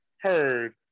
heard